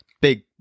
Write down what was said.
big